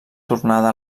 tornada